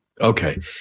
Okay